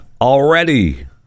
already